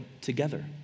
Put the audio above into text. together